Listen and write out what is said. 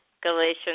Galatians